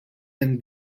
and